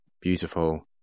beautiful